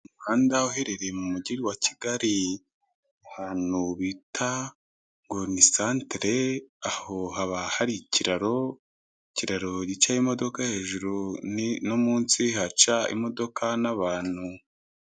Umuhanda uherereye mu mujyi wa Kigali ahantu bita ngo ni santere, aho haba hari ikiraro. Ikiraro gicaho imodoka hejuru no munsi haca imodoka n'abantu.